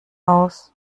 aus